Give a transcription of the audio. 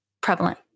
prevalent